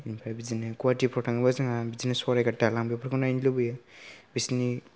ओमफ्राय बिदिनो गुवाहाटीफ्राव थाङोबा जोंहा बिदिनो शराइघाट दालांफोरखौ नायनो लुबैयो बिसोरनि